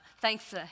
thanks